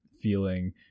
feeling